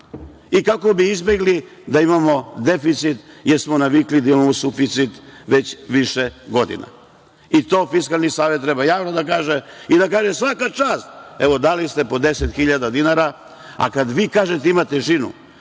i kako bi izbegli da imamo deficit, jer smo navikli da imamo suficit već više godina. To Fiskalni savet treba javno da kaže i da kaže – svaka čast, evo, dali ste po 10.000 dinara, kada vi kažete ima težinu,